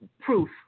proof